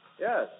Yes